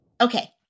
okay